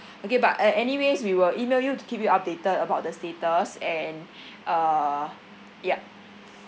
okay but uh anyways we will email you to keep you updated about the status and uh yup